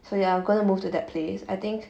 so ya gonna move to that place I think